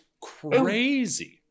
crazy